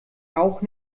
auch